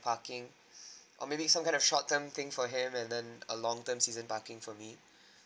parking or maybe some kind of short term thing for him and then a long term season parking for me